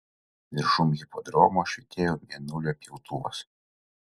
viršum hipodromo švytėjo mėnulio pjautuvas